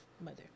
mother